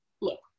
look